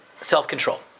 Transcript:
self-control